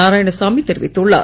நாராயணசாமி தெரிவித்துள்ளார்